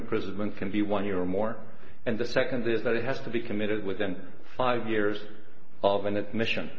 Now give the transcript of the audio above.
imprisonment can be one year or more and the second is that it has to be committed within five years of an admission